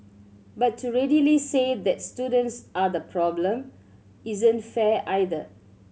but to readily say that students are the problem isn't fair either